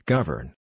Govern